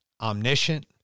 omniscient